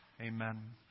Amen